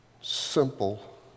simple